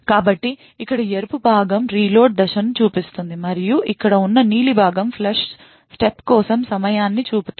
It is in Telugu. కాబట్టి ఇక్కడ ఎరుపు భాగం రీలోడ్ దశను చూపిస్తుంది మరియు ఇక్కడ ఉన్న నీలి భాగం ఫ్లష్ స్టెప్ కోసం సమయాన్ని చూపుతుంది